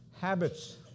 habits